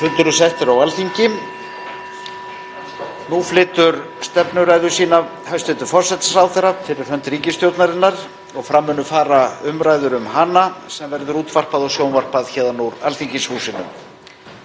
fara umræður um hana sem verður útvarpað og sjónvarpað héðan úr Alþingishúsinu.